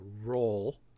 roll